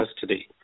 custody